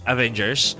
Avengers